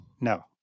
No